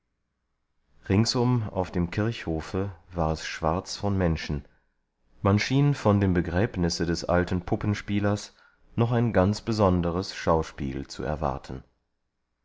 ringsum auf dem kirchhofe war es schwarz von menschen man schien von dem begräbnisse des alten puppenspielers noch ein ganz besonderes schauspiel zu erwarten